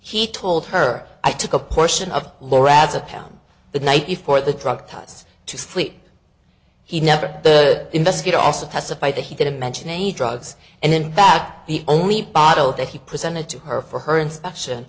he told her i took a portion of lorazepam the night before the drug ties to sleep he never the investigator also testified that he didn't mention any drugs and in fact the only bottle that he presented to her for her inspection